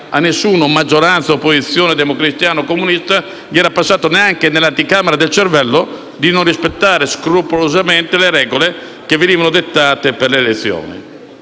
a nessuno, maggioranza o opposizione, democristiano o comunista, era passato neanche per l'anticamera del cervello di non rispettare scrupolosamente le regole dettate per le elezioni.